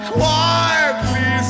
quietly